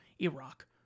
Iraq